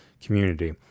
community